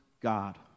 God